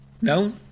No